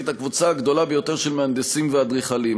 את הקבוצה הגדולה ביותר של מהנדסים ואדריכלים.